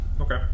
Okay